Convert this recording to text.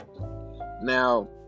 now